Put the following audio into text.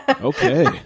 Okay